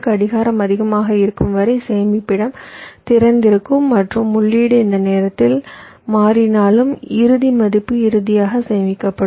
கடிகாரம் அதிகமாக இருக்கும் வரை சேமிப்பிடம் திறந்திருக்கும் மற்றும் உள்ளீடு இந்த நேரத்தில் மாறினாலும் இறுதி மதிப்பு இறுதியாக சேமிக்கப்படும்